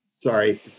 Sorry